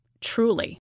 truly